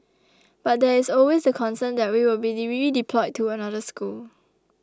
but there is always the concern that we will be redeployed to another school